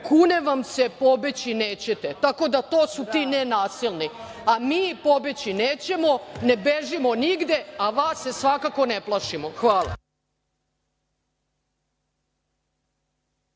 "Kunem vam se, pobeći nećete". Tako da, to su ti nenasilni. A mi pobeći nećemo, ne bežimo nigde, a vas se svakako ne plašimo. Hvala.